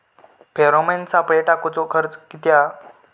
Pheromone सापळे टाकूचो खर्च किती हा?